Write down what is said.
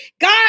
god